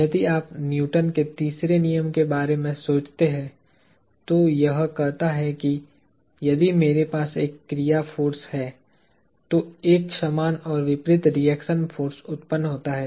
यदि आप न्यूटन के तीसरे नियम के बारे में सोचते हैं तो यह कहता है कि यदि मेरे पास एक क्रिया फोर्स है तो एक समान और विपरीत रिएक्शन फोर्स उत्पन्न होता है